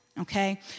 Okay